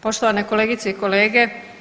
Poštovane kolegice i kolege.